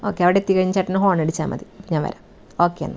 okay അവിടെ എത്തിക്കഴിഞ്ഞാൽ ചേട്ടന് ഹോണ് അടിച്ചാൽ മതി ഞാൻ വരാം ഓക്കെ എന്നാൽ